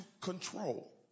control